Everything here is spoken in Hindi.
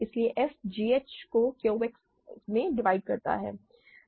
इसलिए f gh को Q X में डिवाइड करता है